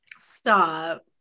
Stop